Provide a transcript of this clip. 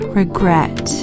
regret